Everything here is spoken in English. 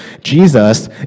Jesus